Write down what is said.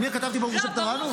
אני כתבתי "ברוך שפטרנו"?